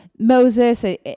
Moses